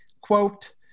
Quote